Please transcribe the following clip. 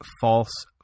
false